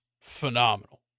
phenomenal